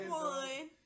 one